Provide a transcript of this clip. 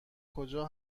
کجا